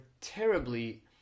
terribly